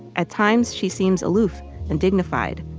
at times, she seems aloof and dignified,